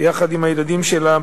עם הילדים שלה,